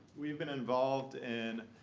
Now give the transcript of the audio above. we've been involved in